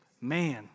Man